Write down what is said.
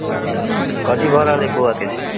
अच्छा कथी भऽ रहल अइ बौआके से